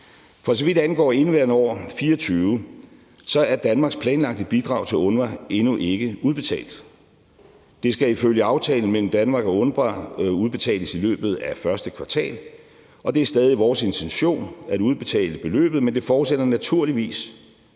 For så vidt angår indeværende år, 2024, er Danmarks planlagte bidrag til UNRWA endnu ikke udbetalt. Det skal ifølge aftalen mellem Danmark og UNRWA udbetales i løbet af første kvartal, og det er stadig vores intention at udbetale beløbet, men det forudsætter naturligvis